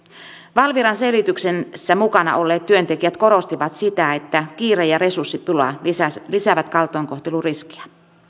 valviran selvityksessä mukana olleet työntekijät korostivat sitä että kiire ja resurssipula lisäävät lisäävät kaltoinkohteluriskiä